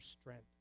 strength